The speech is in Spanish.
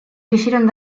quisieron